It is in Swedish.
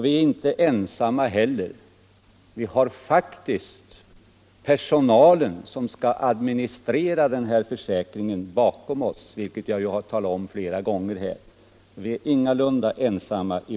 Vi är inte heller ensamma. Som jag redan flera gånger har sagt har vi bakom oss den personal som skall administrera försäkringen. Vi står alltså ingalunda ensamma.